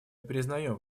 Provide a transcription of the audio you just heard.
признаем